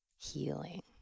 healing